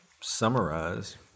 summarize